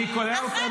בלי כל קשר,